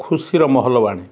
ଖୁସିର ମହଲ ବାଣୀ